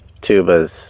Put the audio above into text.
tubas